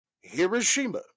Hiroshima